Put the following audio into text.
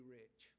rich